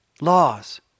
Laws